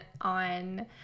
on